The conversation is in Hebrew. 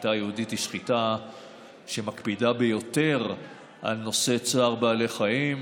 השחיטה היהודית היא שחיטה שמקפידה ביותר על נושא צער בעלי חיים.